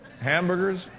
Hamburgers